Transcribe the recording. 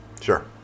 Sure